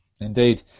Indeed